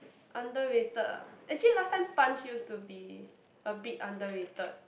underrated ah actually last time Punch used to be a bit underrated